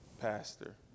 pastor